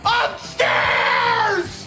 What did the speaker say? upstairs